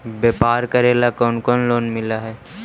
व्यापार करेला कौन कौन लोन मिल हइ?